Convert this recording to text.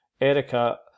Erica